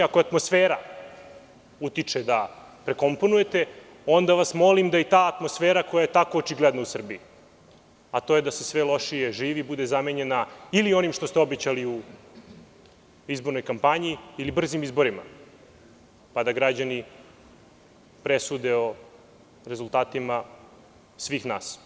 Ako je atmosfera takva da utiče da prekomponujete, onda vas molim da i ta atmosfera koja je tako očigledna u Srbiji, a to je da se sve lošije živi, bude zamenjena ili onim što ste obećali u izbornoj kampanji ili brzim izborima, pa da građani presude o rezultatima svih nas.